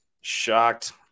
shocked